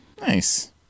Nice